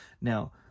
Now